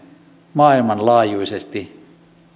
maailmanlaajuisesti